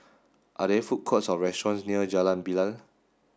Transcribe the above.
are there food courts or restaurants near Jalan Bilal